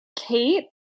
Kate